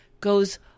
goes